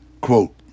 Quote